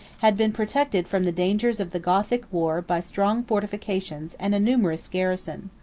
had been protected from the dangers of the gothic war by strong fortifications and a numerous garrison.